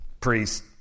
priest